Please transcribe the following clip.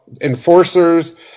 enforcers